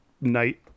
night